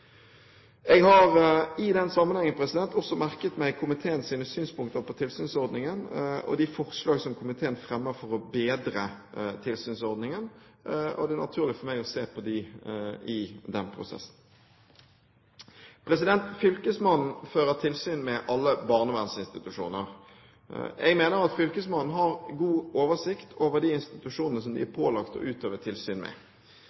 Jeg har i den sammenheng også merket meg komiteens synspunkter på tilsynsordningen og de forslag som komiteen fremmer for å bedre ordningen, og det er naturlig for meg å se på dem i den prosessen. Fylkesmannen fører tilsyn med alle barnevernsinstitusjoner. Jeg mener at fylkesmannen har god oversikt over de institusjonene som de er pålagt å utøve tilsyn med.